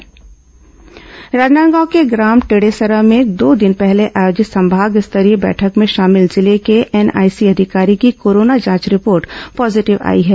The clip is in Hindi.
कोरोना समाचार जागरूकता राजनांदगांव के ग्राम टेडेसरा में दो दिन पहले आयोजित संभाग स्तरीय बैठक में शामिल जिले के एक एनआईसी अधिकारी की कोरोना जांच रिपोर्ट पॉजीटिव आई है